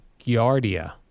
Giardia